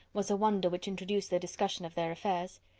was a wonder which introduced the discussion of their affairs.